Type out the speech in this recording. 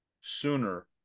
sooner